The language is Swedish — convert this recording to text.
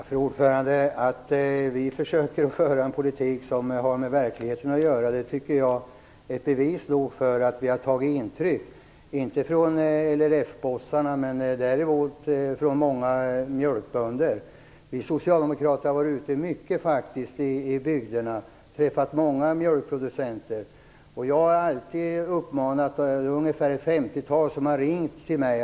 Fru talman! Vi försöker föra en politik som har med verkligheten att göra. Jag tycker att det är bevis nog att vi har tagit intryck, inte av LRF-bossarna men däremot av många mjölkproducenter. Vi socialdemokrater har faktiskt varit ute mycket i bygderna och träffat många mjölkbönder. Det är ungefär ett femtiotal som har ringt till mig.